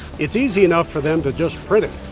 it's easy enough for them to just print it.